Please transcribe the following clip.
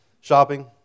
shopping